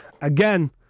again